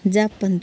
Japan